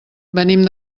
venim